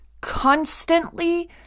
constantly